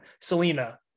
Selena